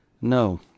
No